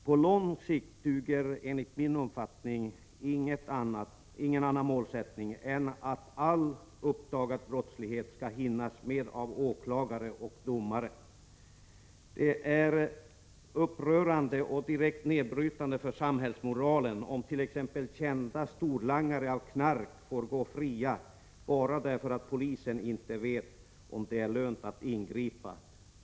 På lång sikt duger enligt min uppfattning ingen annan målsättning än att all uppdagad brottslighet skall hinnas med av åklagare och domare. Det är upprörande och direkt nedbrytande för samhällsmoralen om t.ex. kända storlangare av knark får gå fria bara därför att polisen inte vet om det är lönt att ingripa.